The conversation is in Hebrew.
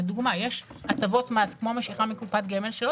לדוגמה יש הטבות מס כמו משיכה מקופת גמל שלא